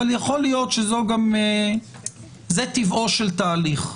אבל יכול להיות שזה טבעו של תהליך.